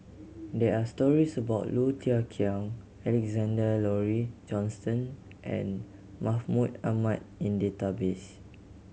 there are stories about Low Thia Khiang Alexander Laurie Johnston and Mahmud Ahmad in database